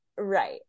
Right